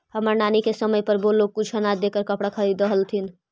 हमर नानी के समय पर वो लोग कुछ अनाज देकर कपड़ा खरीदअ हलथिन